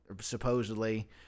supposedly